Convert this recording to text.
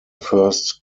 first